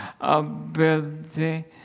ability